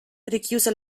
richiuse